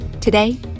Today